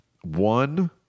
one